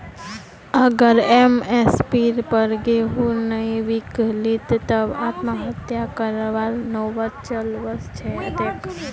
अगर एम.एस.पीर पर गेंहू नइ बीक लित तब आत्महत्या करवार नौबत चल वस तेक